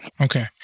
okay